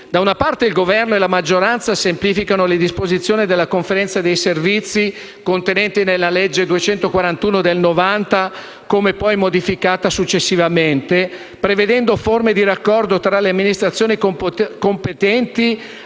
Da una parte, Governo e maggioranza semplificano le disposizioni della Conferenza di servizi contenute nella legge n. 241 del 1990, come modificata successivamente, prevedendo forme di raccordo tra le amministra